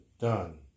done